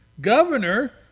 governor